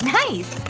nice!